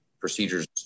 procedures